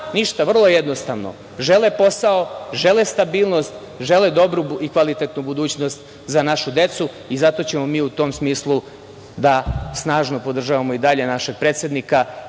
ništa, vrlo jednostavno, žele posao, žele stabilnost, žele dobru i kvalitetnu budućnost za našu decu. Zato ćemo mi u tom smislu da snažno podržavamo i dalje našeg predsednika